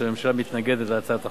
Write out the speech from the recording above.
שהממשלה מתנגדת להצעת החוק,